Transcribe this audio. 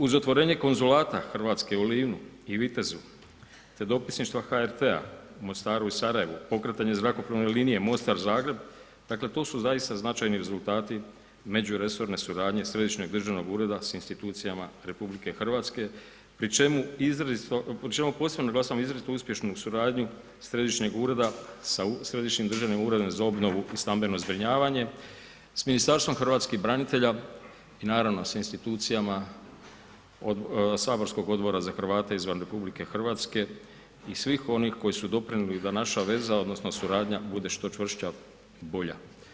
Uz otvorenje konzulata Hrvatske u Livnu i Vitezu te dopisništva HRT-a u Mostaru i Sarajevu, pokretanje zrakoplovne linije Mostar-Zagreb, dakle to su zaista značajni rezultati međuresorne suradnje središnjeg državnog ureda s institucijama RH pri čemu posebno naglašavam izrazito uspješnu suradnju središnjeg ureda sa Središnjim državnim uredom za obnovu i stambeno zbrinjavanje, s Ministarstvom hrvatskih branitelja i naravno sa institucijama od saborskog Odbora za Hrvate izvan RH i svih onih koji su doprinijeli da naša veza odnosno suradnja bude što čvršća i bolja.